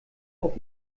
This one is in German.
auf